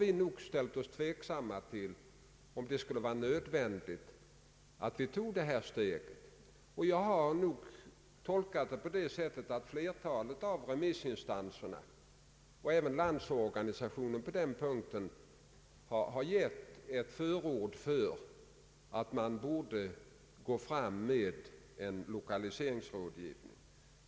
Vi har ställt oss tveksamma till om det är nödvändigt att ta detta steg. Flertalet av remissinstanserna och även LO har på denna punkt gett ett förord för att vi bör gå fram med en lokaliseringsrådgivning.